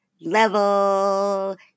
level